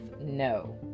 no